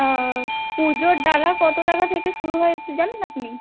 পুজোর ডালা কতো টাকা থেকে শুরু হয় একটু জানেন আপনি